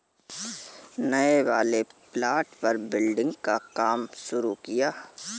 नए वाले प्लॉट पर बिल्डिंग का काम शुरू किया है